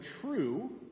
true